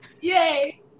yay